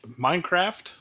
Minecraft